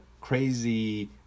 crazy